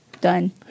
Done